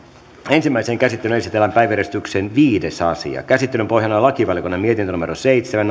ensimmäiseen käsittelyyn esitellään päiväjärjestyksen viides asia käsittelyn pohjana on lakivaliokunnan mietintö seitsemän